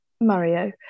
Mario